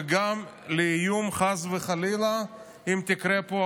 וגם לאיום, חס וחלילה, אם תקרה פה